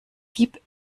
gib